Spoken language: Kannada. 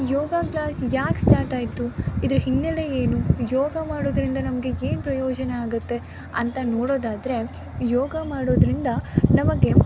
ಯೋಗ ಕ್ಲಾಸ್ ಯಾಕೆ ಸ್ಟಾರ್ಟಾಯಿತು ಇದರ ಹಿನ್ನೆಲೆ ಏನು ಯೋಗ ಮಾಡುವುದರಿಂದ ನಮಗೆ ಏನು ಪ್ರಯೋಜನ ಆಗುತ್ತೆ ಅಂತ ನೋಡೋದಾದರೆ ಯೋಗ ಮಾಡೋದರಿಂದ ನಮಗೆ